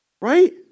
Right